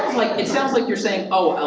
like, it sounds like you're saying, oh,